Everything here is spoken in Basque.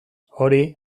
hori